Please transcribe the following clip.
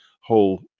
whole